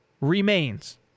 remains